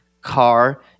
car